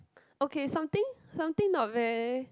okay something something not very